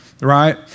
Right